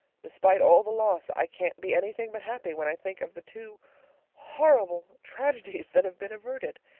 despite all the loss, i can't be anything but happy when i think of the two horrible tragedies that have been averted.